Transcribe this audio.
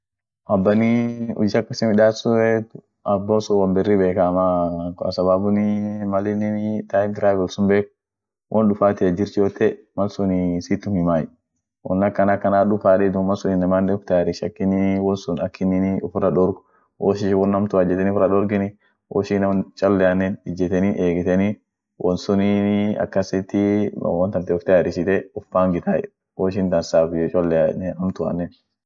fransini ada biri kaba sheree kabd shere tok bastilede yeden dum amine woni tok guren woni akaa matunda faa tok gureni guya sun dum amineni hashim gugurda kabd amine fransin tam ishia amineni inama wari datinen lila jiraa akama waari daatie amine hujineni lila akchole ishin inama getuu akas nam wolba huji midasu akas gargar fudanif